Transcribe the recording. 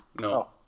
No